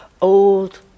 old